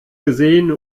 gesehen